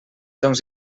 doncs